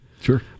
Sure